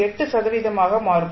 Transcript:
8 சதவீதமாக மாறும்